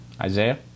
Isaiah